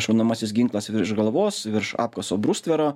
šaunamasis ginklas virš galvos virš apkaso brustvero